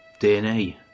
DNA